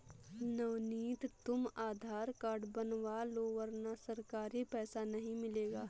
नवनीत तुम आधार कार्ड बनवा लो वरना सरकारी पैसा नहीं मिलेगा